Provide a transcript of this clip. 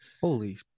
Holy